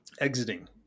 exiting